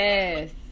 Yes